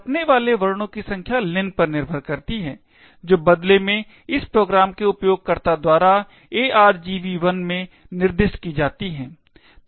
छपने वाले वर्णों की संख्या len पर निर्भर करती है और जो बदले में इस प्रोग्राम के उपयोगकर्ता द्वारा argv1 में निर्दिष्ट की जाती है